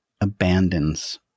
abandons